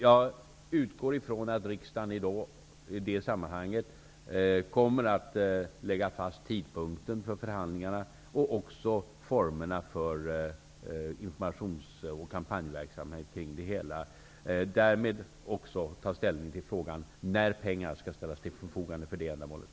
Jag utgår från att riksdagen i det sammanhanget kommer att lägga fast tidpunkten för förhandlingarna och också formerna för informations och kampanjverksamheten kring det hela och därmed också ta ställning till frågan när pengar skall ställas till förfogande för det ändamålet.